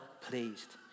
pleased